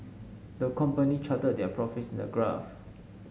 the company charted their profits in a graph